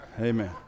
Amen